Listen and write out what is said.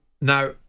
now